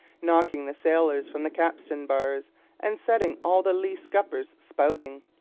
knocking the sailors from the capstan bars and setting all the lee scuppers spouting.